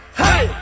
hey